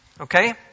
Okay